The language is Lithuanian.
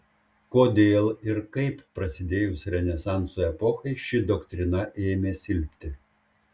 kodėl ir kaip prasidėjus renesanso epochai ši doktrina ėmė silpti